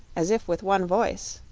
as if with one voice.